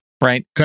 right